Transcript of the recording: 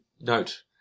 note